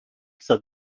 said